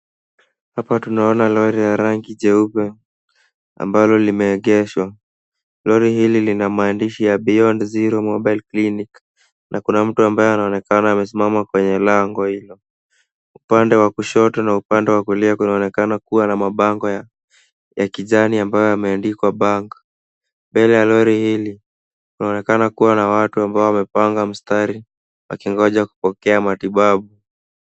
Hapa tunaona lori ya rangi jeupe ambalo limeegeshwa. Lori hili lina maandishi ya, Beyond zero mobile clinic, na kuna mtu ambaye anaonekana amesimama kwenye lango hilo. Upande wa kushoto na upande wa kulia kunaonekana kuwa na mabango ya kijani ambayo imeandikwa bank . Mbele ya lori hili, kunaonekana kuwa na watu amabo wamepanga mstari wakingoja kupokea matibabu.